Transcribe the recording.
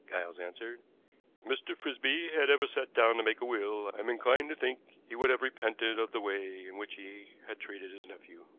giles answered. if mr. frisby had ever sat down to make a will, i am inclined to think he would have repented of the way in which he had treated his nephew.